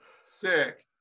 Sick